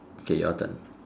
okay your turn